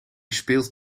speelt